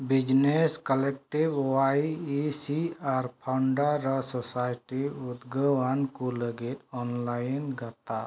business collective ᱚᱣᱟᱭ I C R ᱯᱷᱟᱣᱱᱰᱟᱨᱟ society ᱩᱫᱽᱜᱟᱹᱣᱟᱱ ᱠᱚ ᱞᱟᱹᱜᱤᱫ ᱚᱱᱞᱟᱭᱤᱱ ᱜᱟᱛᱟᱠ